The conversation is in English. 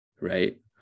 right